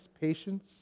patience